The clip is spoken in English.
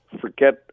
forget